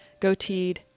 goateed